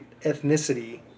ethnicity